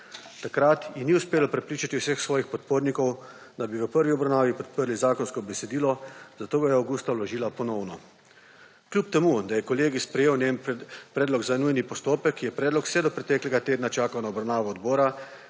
Takrat ji ni uspelo prepričati vseh svojih podpornikov, da bi v prvi obravnavi podprli zakonsko besedilo, zato ga je avgusta vložila ponovno. Kljub temu, da je kolegij sprejel njen predlog za nujni postopek je predlog vse do preteklega tedna čakal na obravnavo odbora,